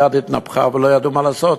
כי היד התנפחה ולא ידעו מה לעשות,